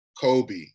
Kobe